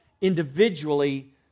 individually